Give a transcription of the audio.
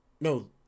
no